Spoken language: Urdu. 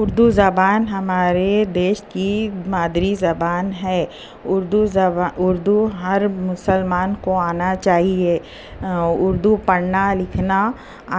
اردو زبان ہمارے دیش کی مادری زبان ہے اردو زبان اردو ہر مسلمان کو آنا چاہیے اردو پڑھنا لکھنا